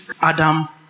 Adam